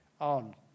on